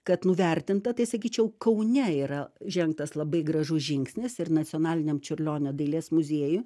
kad nuvertinta tai sakyčiau kaune yra žengtas labai gražus žingsnis ir nacionaliniam čiurlionio dailės muziejuj